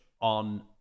on